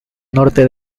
norte